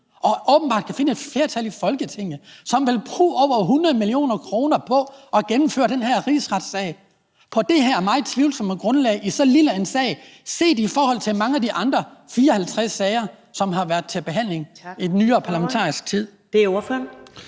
og åbenbart kan finde et flertal i Folketinget, som vil bruge over 100 mio. kr. på at gennemføre den her rigsretssag på det her meget tvivlsomme grundlag i så lille en sag set i forhold til mange af de andre 54 sager, som har været til behandling i nyere parlamentarisk tid? Kl. 10:49 Første